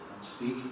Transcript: speak